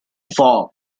fog